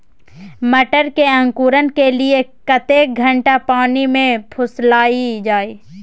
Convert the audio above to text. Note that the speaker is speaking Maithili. मटर के अंकुरण के लिए कतेक घंटा पानी मे फुलाईल जाय?